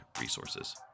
resources